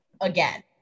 again